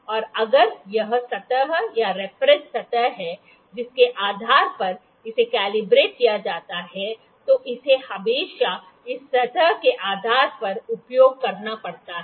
और अगर यह यह सतह या रेफरंस सतह है जिसके आधार पर इसे कैलिब्रेट किया जाता है तो इसे हमेशा इस सतह के आधार पर उपयोग करना पड़ता है